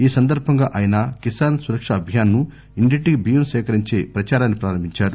ఈ సందర్బంగా ఆయన కిసాన్ సురక్ష అభియాన్ను ఇంటింటికి బియ్యం సేకరించే ప్రదారాన్ని ప్రారంభించారు